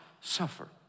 suffer